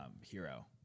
hero